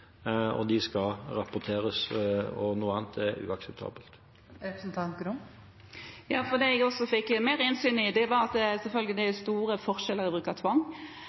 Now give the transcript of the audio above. og skal rapporteres. Noe annet er uakseptabelt. Det jeg også fikk mer innsyn i, var at det selvfølgelig er store forskjeller i bruk av tvang,